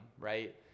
right